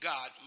God